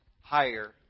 higher